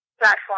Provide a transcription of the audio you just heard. platform